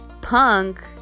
punk